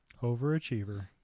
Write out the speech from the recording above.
Overachiever